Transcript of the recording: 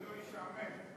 שלא ישעמם.